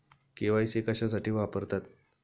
KYC कशासाठी वापरतात?